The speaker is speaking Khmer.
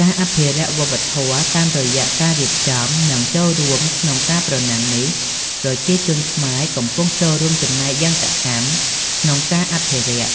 ការអភិរក្សវប្បធម៌ តាមរយៈការរៀបចំ និងចូលរួមក្នុងការប្រណាំងនេះ ប្រជាជនខ្មែរកំពុងចូលរួមចំណែកយ៉ាងសកម្មក្នុងការអភិរក្ស